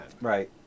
right